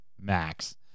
Max